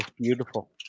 beautiful